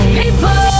people